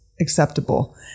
acceptable